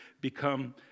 become